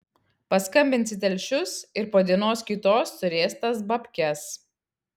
paskambins į telšius ir po dienos kitos turės tas babkes